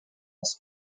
als